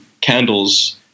candles